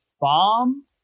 bomb